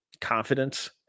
confidence